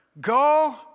go